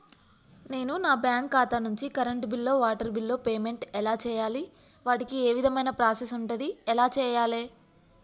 నేను నా బ్యాంకు ఖాతా నుంచి కరెంట్ బిల్లో వాటర్ బిల్లో పేమెంట్ ఎలా చేయాలి? వాటికి ఏ విధమైన ప్రాసెస్ ఉంటది? ఎలా చేయాలే?